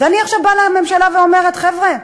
ואני עכשיו באה לממשלה ואומרת: חבר'ה,